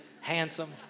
handsome